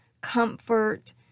comfort